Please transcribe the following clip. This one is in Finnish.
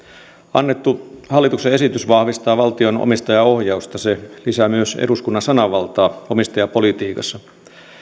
annettu hallituksen esitys vahvistaa valtion omistajaohjausta se lisää myös eduskunnan sanavaltaa omistajapolitiikassa